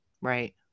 Right